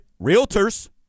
realtors